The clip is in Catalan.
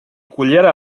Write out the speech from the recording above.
cullera